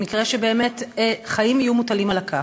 במקרה שבאמת חיים יהיו מוטלים על הכף.